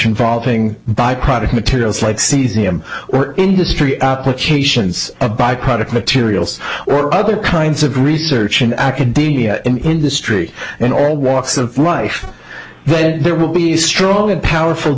involving byproduct materials like cesium or industry applications a byproduct materials or other kinds of research in academia industry and all walks of life then there will be strong and powerful